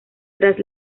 tras